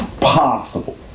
possible